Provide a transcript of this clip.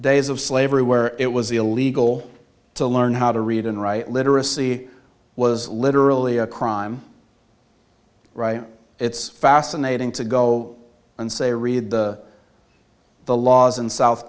days of slavery where it was illegal to learn how to read and write literacy was literally a crime right it's fascinating to go and say read the the laws in south